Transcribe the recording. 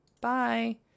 Bye